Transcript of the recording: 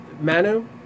Manu